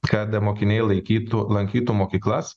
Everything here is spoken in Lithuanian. kada mokiniai laikytų lankytų mokyklas